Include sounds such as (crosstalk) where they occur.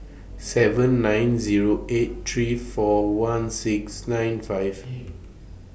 seven nine Zero eight three four one six nine five (noise)